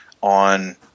on